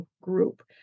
group